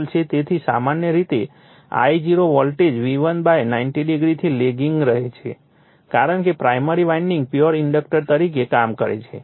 તેથી સામાન્ય રીતે I0 વોલ્ટેજ V1 90o થી લેગિંગ રહે છે કારણ કે પ્રાઇમરી વાઇન્ડિંગ પ્યોર ઇન્ડક્ટર તરીકે કામ કરે છે